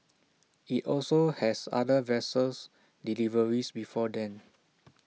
IT also has other vessels deliveries before then